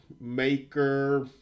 Maker